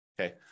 okay